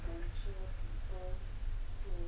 um